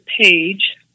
PAGE